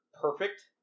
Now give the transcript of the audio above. perfect